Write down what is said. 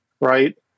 right